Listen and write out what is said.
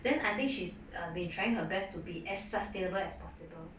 then I think she's been trying her best to be as sustainable as possible